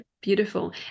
beautiful